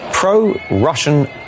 Pro-Russian